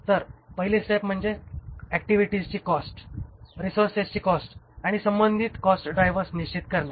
तर पहिली स्टेप म्हणजे ऍक्टिव्हिट्सची कॉस्ट रिसोर्सेसची कॉस्ट आणि संबंधित कॉस्ट ड्रायव्हर्स निश्चित करणे